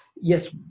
yes